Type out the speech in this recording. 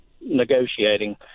negotiating